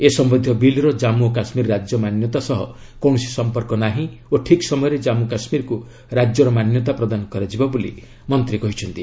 ଏ ସମ୍ଭନ୍ଧୀୟ ବିଲ୍ର ଜାଞ୍ଚୁ ଓ କାଶ୍ମୀର ରାଜ୍ୟ ମାନ୍ୟତା ସହ କୌଣସି ସମ୍ପର୍କ ନାହିଁ ଓ ଠିକ୍ ସମୟରେ ଜାମ୍ମୁ କାଶ୍ମୀରକୁ ରାଜ୍ୟର ମାନ୍ୟତା ପ୍ରଦାନ କରାଯିବ ବୋଲି ମନ୍ତ୍ରୀ କହିଛନ୍ତି